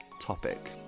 topic